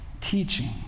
teaching